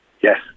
yes